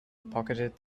pocketed